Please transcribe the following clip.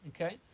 okay